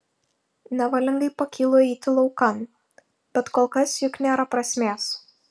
nevalingai pakylu eiti laukan bet kol kas juk nėra prasmės